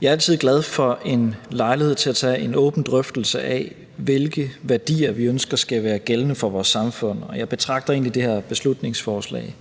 Jeg er altid glad for en lejlighed til at tage en åben drøftelse af, hvilke værdier vi ønsker skal være gældende for vores samfund. Jeg betragter egentlig det her beslutningsforslag